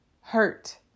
hurt